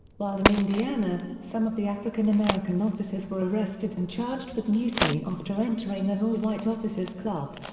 while in indiana, some of the african-american officers were arrested and charged with mutiny after entering an all-white officers' club.